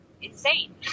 insane